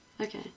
okay